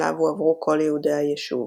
אליו הועברו כל יהודי היישוב.